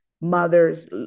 mothers